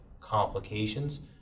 complications